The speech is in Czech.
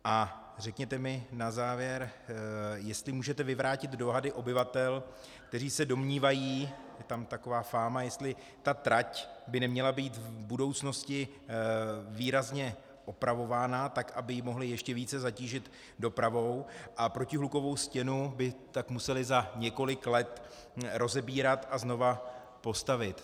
A řekněte mi na závěr, jestli můžete vyvrátit dohady obyvatel, kteří se domnívají, je tam taková fáma, jestli ta trať by neměla být v budoucnosti výrazně opravována tak, aby ji mohli ještě více zatížit dopravou, a protihlukovou stěnu by tak museli za několik let rozebírat a znovu postavit.